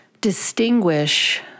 distinguish